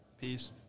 Peace